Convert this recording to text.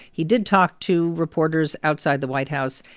he did talk to reporters outside the white house.